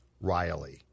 Riley